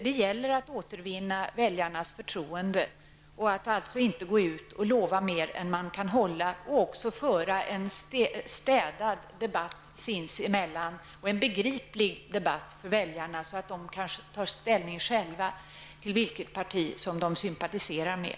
Det gäller att återvinna väljarnas förtroende och alltså inte gå ut och lova mer än man kan hålla. Det gäller också att föra en städad debatt sinsemellan, och en debatt som är begriplig för väljarna, så att de kanske tar ställning själva till vilket parti de sympatiserar med.